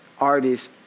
Artists